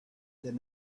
than